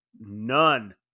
none